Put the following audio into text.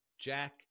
jack